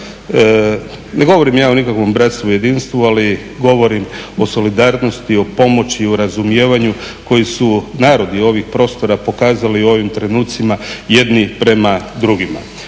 Ne govorim ja o nikakvom bratstvu i jedinstvu, ali govorim o solidarnosti, o pomoći, o razumijevanju koje su narodi ovih područja pokazali i u ovom trenucima jedni prema drugima.